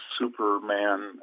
Superman